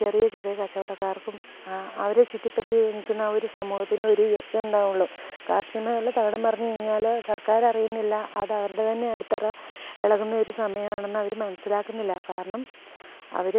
ചെറിയ ചെറിയ കച്ചവടക്കാർക്കും ആ അവരെ ചുറ്റിപ്പറ്റി നിൽക്കുന്നാ ഒരു സമൂഹത്തിനൊരു ഉയർച്ചയുണ്ടാകുകയുള്ളൂ കാർഷിക മേഖല തകിടം മറിഞ്ഞു കഴിഞ്ഞാൽ സർക്കാരറിയുന്നില്ല അതവരുടെ തന്നെ അടിത്തറ ഇളകുന്നൊരു സമയം ആണെന്നവർ മനസ്സിലാക്കുന്നില്ല കാരണം അവർ